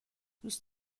دوست